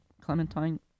Clementine